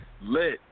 Lit